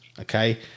okay